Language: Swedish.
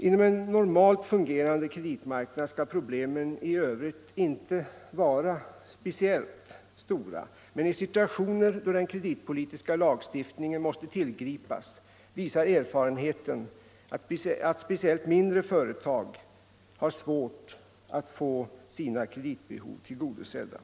Inom en normalt fungerande kreditmarknad skall problemen Tisdagen den i övrigt inte vara speciellt stora, men i situationer då den kreditpolitiska 10 december 1974 lagstiftningen måste tillgripas visar erfarenheten att speciellt mindre företag har svårt att få sina kreditbehov tillgodosedda.